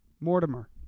Mortimer